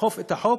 לאכוף את החוק,